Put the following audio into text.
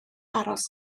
aros